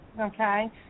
okay